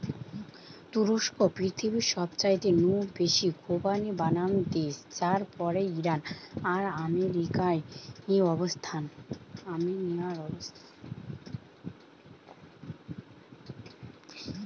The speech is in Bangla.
তুরস্ক পৃথিবীর সবচাইতে নু বেশি খোবানি বানানা দেশ যার পরেই ইরান আর আর্মেনিয়ার অবস্থান